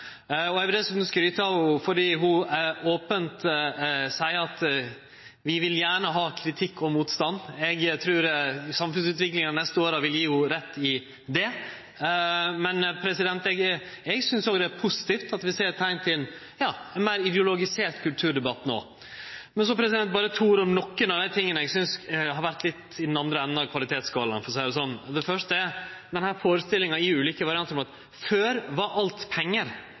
og eg vil dessutan skryte av ho fordi ho opent seier at vi vil gjerne ha kritikk og motstand. Eg trur samfunnsutviklinga dei neste åra vil gje ho rett i det, men eg synest òg det er positivt at vi ser teikn til ein meir ideologisert kulturdebatt no. Så berre to ord om nokre av dei tinga eg synest har vore i andre enden av kvalitetsskalaen, for å seie det sånn. Det første er denne førestillinga i ulike variantar om at før var alt pengar.